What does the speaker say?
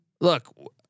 Look